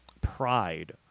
pride